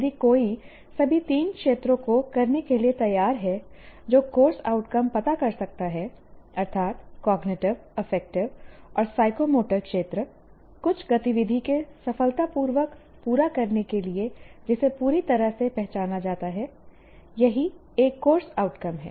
यदि कोई सभी 3 क्षेत्रों को करने के लिए तैयार है जो कोर्स आउटकम पता कर सकता है अर्थात कॉग्निटिव अफेक्टिव और साइकोमोटर क्षेत्र कुछ गतिविधि को सफलतापूर्वक पूरा करने के लिए जिसे पूरी तरह से पहचाना जाता है यही एक कोर्स आउटकम है